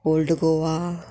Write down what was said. old Goa